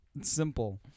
Simple